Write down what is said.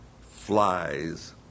flies